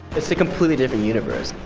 it's a completely different universe.